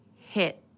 hit